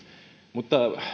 mutta